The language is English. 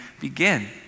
begin